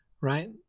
right